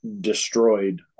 destroyed